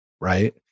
right